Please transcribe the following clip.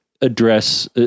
address